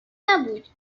نبود